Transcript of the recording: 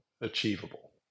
achievable